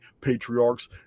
patriarchs